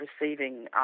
receiving